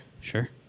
Sure